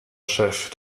chef